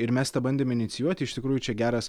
ir mes tą bandėm inicijuoti iš tikrųjų čia geras